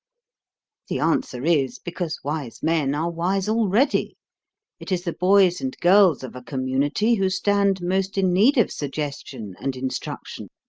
the answer is, because wise men are wise already it is the boys and girls of a community who stand most in need of suggestion and instruction.